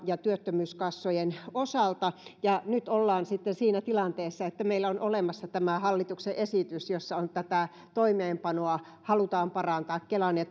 ja työttömyyskassojen osalta nyt ollaan sitten siinä tilanteessa että meillä on olemassa tämä hallituksen esitys jossa tätä toimeenpanoa halutaan parantaa kelan ja